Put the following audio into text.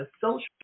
social